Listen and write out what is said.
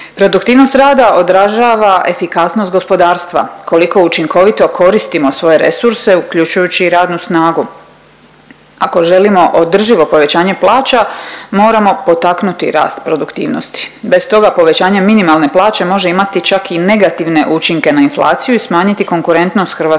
Produktivnost rada odražava efikasnost gospodarstva, koliko učinkovito koristimo svoje resurse uključujući i radnu snagu. Ako želimo održivo povećanje plaća moramo potaknuti rast produktivnosti bez toga povećanje minimalne plaće može imati čak i negativne učinke na inflaciju i smanjiti konkurentnost hrvatskog